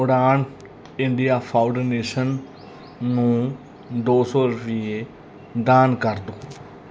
ਉਡਾਣ India foundation ਨੂੰ ਦੋ ਸੌ ਰੁਪਏ ਦਾਨ ਕਰ ਦਿਓ